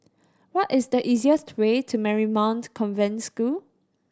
what is the easiest way to Marymount Convent School